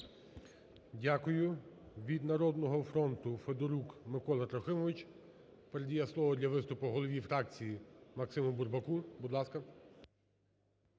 Дякую. Від "Народного фронту" Федорук Микола Трохимович передає слово для виступу голові фракції Максиму Бурбаку.